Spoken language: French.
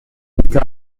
des